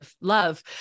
love